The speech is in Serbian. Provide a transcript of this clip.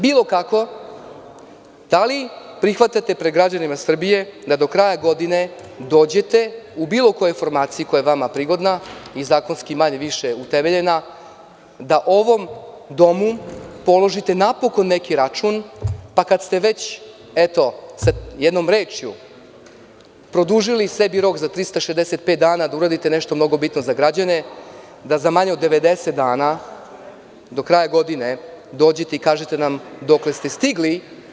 Bilo kako, da li prihvatate pred građanima Srbije da do kraja godine dođite u bilo kojoj formaciji koja je vama prigodna i zakonski manje-više utemeljena, da ovom Domu napokon položite neki račun, pa kada ste već eto sa jednom rečju produžili sebi rok za 365 dana da uradite nešto mnogo bitno za građane, da za manje od 90 dana, do kraja godine dođete i kažete nam dokle ste stigli.